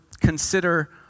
consider